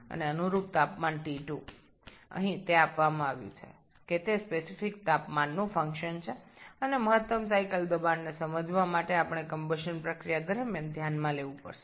এবং একইভাবে T2 তাপমাত্রা এখানে এটি নির্দিষ্ট করে দেওয়া হয় যে এটি তাপমাত্রার একটি ক্রিয়া এবং চক্রের সর্বাধিক চাপ বোঝার জন্য আমাদের দহন প্রক্রিয়া চলাকালীন সময় বিবেচনা করতে হবে